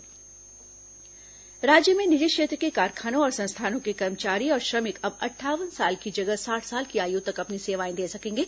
श्रमिक आयु राज्य में निजी क्षेत्र के कारखानों और संस्थानों के कर्मचारी और श्रमिक अब अंठावन साल की जगह साठ साल की आयु तक अपनी सेवाएं दे सकेंगे